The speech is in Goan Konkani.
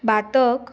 बातक